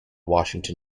washington